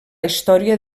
història